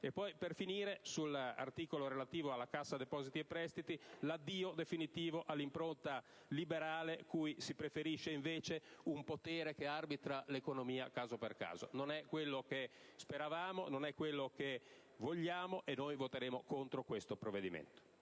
so. Per concludere, l'articolo relativo alla Cassa depositi e prestiti segna l'addio definitivo all'impronta liberale, cui si preferisce invece un potere che arbitra l'economia caso per caso. Non è quello che speravamo, non è quello che vogliamo, e dunque voteremo contro questo provvedimento.